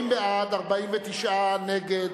30 בעד, 49 נגד,